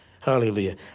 Hallelujah